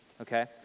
okay